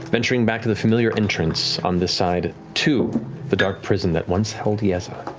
venturing back to the familiar entrance on the side to the dark prison that once held yeza.